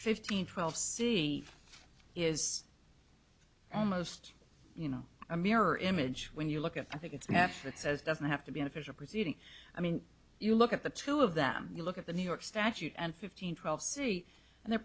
fifteen twelve c is almost you know a mirror image when you look at i think it's not that says doesn't have to be an official proceeding i mean you look at the two of them you look at the new york statute and fifteen twelve see and they're